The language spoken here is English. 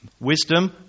wisdom